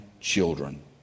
children